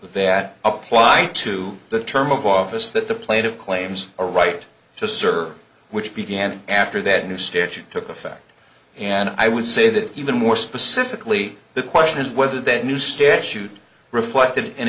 that applied to the term of office that the plate of claims a right to serve which began after that new statute took effect and i would say that even more specifically the question is whether that new statute reflected